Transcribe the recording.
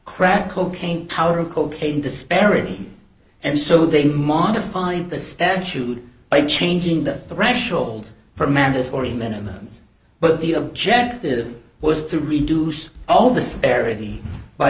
crack cocaine power of cocaine disparity and so they modified the statute by changing the threshold for mandatory minimums but the objective was to reduce all th